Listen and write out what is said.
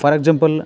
for example